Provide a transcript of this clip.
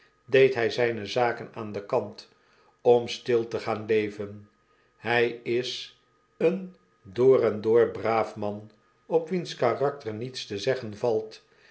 deed hy zijne zaken aan kant om stil te gaan leven hy is een door en door braaf man op wiens karakter niets te zeggen valt